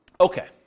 Okay